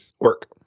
Work